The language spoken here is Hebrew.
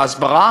בהסברה